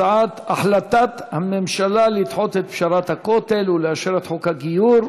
הצעת החלטת הממשלה לדחות את פשרת הכותל ולאשר את חוק הגיור.